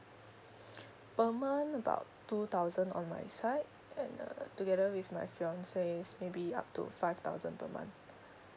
per month about two thousand on my side and uh together with my fiance's maybe up to five thousand per month